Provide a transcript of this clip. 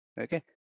Okay